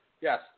Yes